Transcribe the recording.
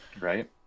Right